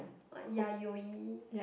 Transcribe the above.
what yayoi